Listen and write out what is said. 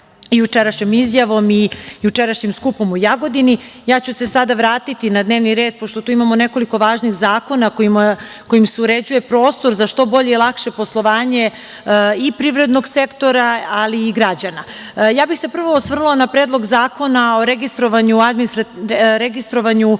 jučerašnjom izjavom i jučerašnjim skupom u Jagodini, ja ću se sada vratiti na dnevni red, pošto tu imamo nekoliko važnih zakona kojim se uređuje prostor za što bolje i lakše poslovanje i privrednog sektora, ali i građana. Prvo bih se osvrnula na Predlog zakona o registrovanju administrativnih